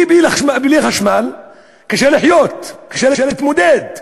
כי בלי חשמל קשה לחיות, קשה להתמודד.